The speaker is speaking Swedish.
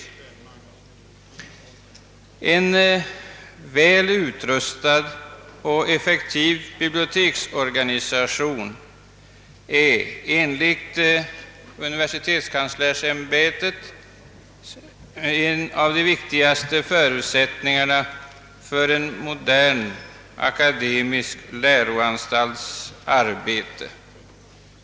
I universitetskanslersämbetets petita för budgetåret 1967/68 heter det att en väl utrustad och effektiv biblioteksorganisation är en av de viktigaste förutsättningarna för en modern akademisk läroanstalts arbete.